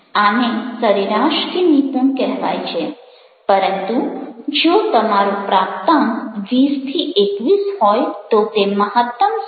આને સરેરાશ કે નિપુણ કહેવાય છે પરંતુ જો તમારો પ્રાપ્તાંક 20 21 હોય તો તે મહત્તમ સ્તર છે